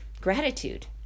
gratitude